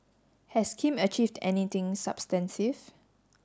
has Kim achieved anything substansive